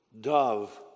dove